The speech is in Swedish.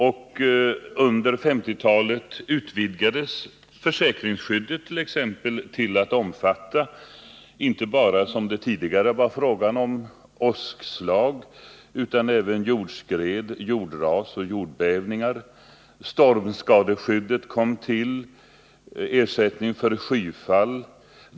Under 1950-talet utvidgades försäkringsskyddet till att exempelvis omfatta inte bara, som tidigare, åskslag utan även jordskred, jordras och jordbävningar. Stormskadeskyddet kom till liksom ersättningsskyddet vid skyfall.